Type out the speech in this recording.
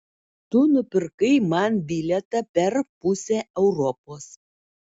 tu nupirkai man bilietą per pusę europos